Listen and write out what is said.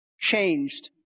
changed